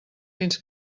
fins